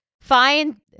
find